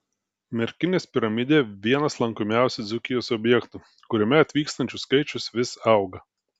merkinės piramidė vienas lankomiausių dzūkijos objektų kuriame atvykstančių skaičius vis auga